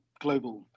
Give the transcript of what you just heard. global